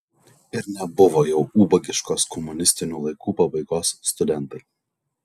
ir nebuvo jau ubagiškos komunistinių laikų pabaigos studentai